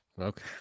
Okay